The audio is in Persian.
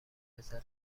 پسر